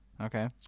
Okay